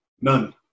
None